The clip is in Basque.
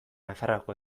nafarroako